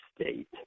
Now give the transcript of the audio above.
state